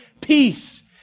peace